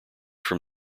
from